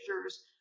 measures